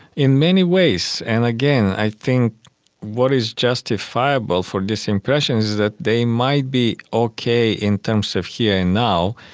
in many ways, and again i think what is justifiable for these impressions is that they might be okay in terms of here and now,